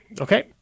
Okay